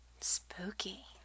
spooky